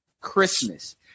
Christmas